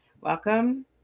Welcome